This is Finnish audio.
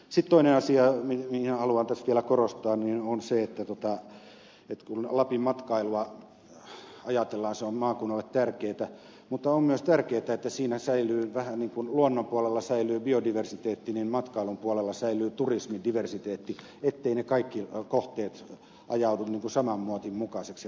sitten toinen asia mitä haluan tässä vielä korostaa on se että kun lapin matkailua ajatellaan se on maakunnalle tärkeätä mutta on myös tärkeätä että kun siinä vähän niin kuin luonnon puolella säilyy biodiversiteetti niin matkailun puolella säilyy turismin diversiteetti etteivät ne kaikki kohteet ajaudu saman muotin mukaisiksi